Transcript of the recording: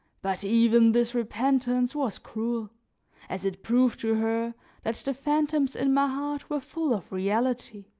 but even this repentance was cruel as it proved to her that the fantoms in my heart were full of reality.